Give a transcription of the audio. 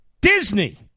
Disney